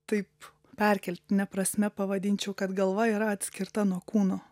taip perkeltine prasme pavadinčiau kad galva yra atskirta nuo kūno